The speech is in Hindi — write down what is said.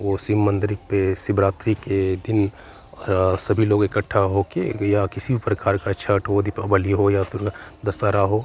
वो शिव मंदिर पे शिवरात्रि के दिन सभी लोग इकट्ठा होके या किसी भी प्रकार का छठ हो दीपावली हो या दुर्गा दशहरा हो